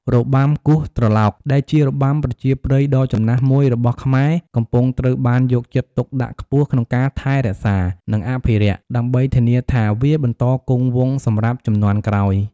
របាំគោះត្រឡោក ដែលជារបាំប្រជាប្រិយដ៏ចំណាស់មួយរបស់ខ្មែរ កំពុងត្រូវបានយកចិត្តទុកដាក់ខ្ពស់ក្នុងការថែរក្សា និងអភិរក្ស ដើម្បីធានាថាវាបន្តគង់វង្សសម្រាប់ជំនាន់ក្រោយ។